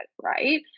right